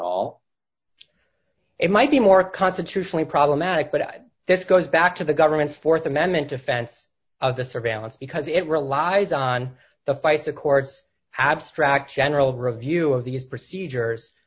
all it might be more constitutionally problematic but this goes back to the government's th amendment defense of the surveillance because it relies on the feis accords abstract general review of these procedures